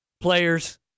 Players